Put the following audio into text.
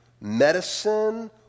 medicine